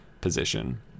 position